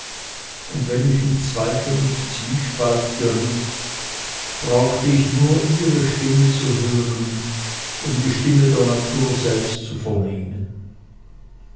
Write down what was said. und wenn ich in zweifel und zwiespalt geriet brauchte ich nur ihre stimme zu hören um die stimme der natur selbst zu vernehmen